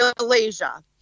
Malaysia